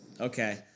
okay